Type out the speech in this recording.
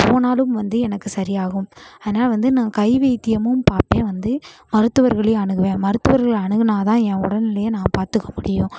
போனாலும் வந்து எனக்கு சரியாகும் அதனால் வந்து நான் கைவைத்தியமும் பார்ப்பேன் வந்து மருத்துவர்களையும் அணுகுவேன் மருத்துவர்களை அணுகினா தான் என் உடல்நிலையை நான் பார்த்துக்க முடியும்